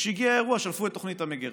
וכשהגיע האירוע שלפו את תוכנית המגרה.